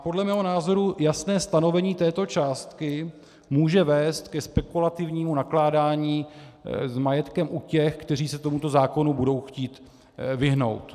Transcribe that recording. Podle mého názoru jasné stanovení této částky může vést ke spekulativnímu nakládání s majetkem u těch, kteří se tomuto zákonu budou chtít vyhnout.